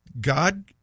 God